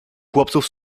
chłopców